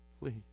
Please